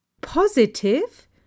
Positive